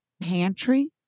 pantry